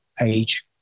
age